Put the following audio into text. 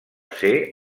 ser